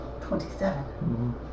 Twenty-seven